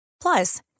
Plus